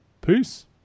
peace